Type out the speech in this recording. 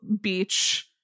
Beach